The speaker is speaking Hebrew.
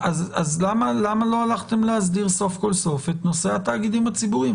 למה לא הלכתם להסדיר סוף כל סוף את נושא התאגידים הציבוריים?